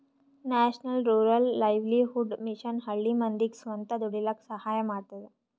national rural livelihood mission ಹಳ್ಳಿ ಮಂದಿಗ್ ಸ್ವಂತ ದುಡೀಲಕ್ಕ ಸಹಾಯ ಮಾಡ್ತದ